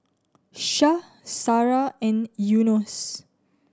Syah Sarah and Yunos